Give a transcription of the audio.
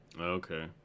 okay